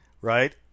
right